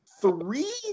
three